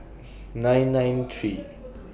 nine nine three